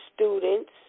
students